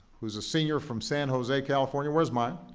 who is a senior from san jose, california. where is maya?